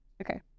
Okay